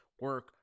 Work